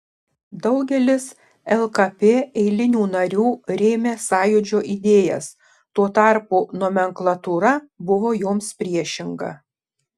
daugelis lkp eilinių narių rėmė sąjūdžio idėjas tuo tarpu nomenklatūra buvo joms priešinga